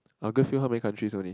our girl fill how many countries only